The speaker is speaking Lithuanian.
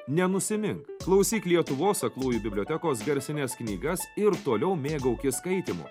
nenusimink klausyk lietuvos aklųjų bibliotekos garsines knygas ir toliau mėgaukis skaitymu